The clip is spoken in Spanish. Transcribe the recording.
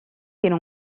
tiene